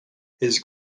his